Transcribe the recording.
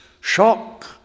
shock